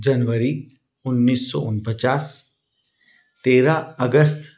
जनवरी उन्नीस सौ उन पचास तेरह अगस्त